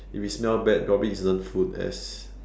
if it smell bad probably it isn't food as